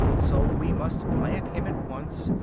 so we must plant him at once,